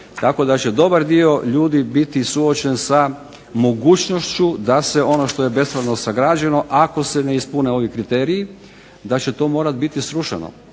Tako da će dobar dio ljudi biti suočen sa mogućnošću da se ono što je bespravno sagrađeno ako se ne ispune ovi kriteriji da će to morati biti srušeno.